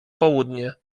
południe